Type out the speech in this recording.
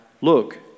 Look